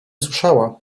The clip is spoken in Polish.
słyszała